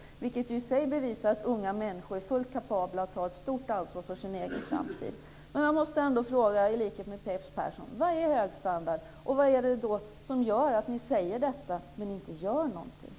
Det bevisar i sig att unga människor är fullt kapabla att ta ett stort ansvar för sin egen framtid. Jag måste fråga, i likhet med Peps Persson: Vad är hög standard? Och vad är det som gör att ni säger detta men inte gör någonting?